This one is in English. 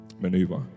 maneuver